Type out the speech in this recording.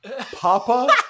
papa